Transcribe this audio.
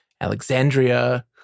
Alexandria